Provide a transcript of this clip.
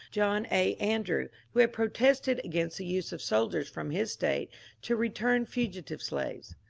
john a. andrew, who had protested against the use of soldiers from his state to return fugitive slaves.